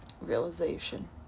realization